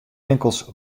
winkels